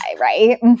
right